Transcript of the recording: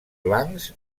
blancs